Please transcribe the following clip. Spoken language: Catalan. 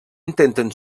intenten